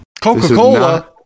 Coca-Cola